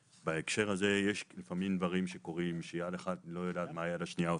בהקשר הזה יש לפעמים דברים שקורים שיד אחד לא יודעת מה היד השנייה עושה.